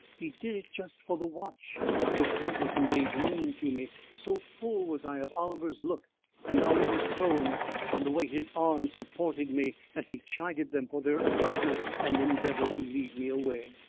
he did it just for the watch which hardly conveyed meaning to me, so full was i of oliver's look and oliver's tone and the way his arm supported me as he chided them for their abruptness and endeavoured to lead me away.